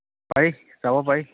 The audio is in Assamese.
পাৰি যাব পাৰি